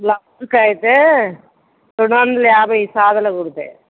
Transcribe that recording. బ్లౌజుకు అయితే రెండు వందల యాభై సాదా కుడితే